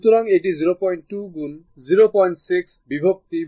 সুতরাং এটি 02 গুন 06 বিভক্ত08 হবে